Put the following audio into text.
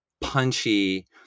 punchy